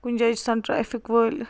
کُنہِ جایہِ چھِ آسان ٹریفِک وٲلۍ